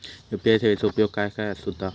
UPI सेवेचा उपयोग खाय खाय होता?